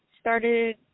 started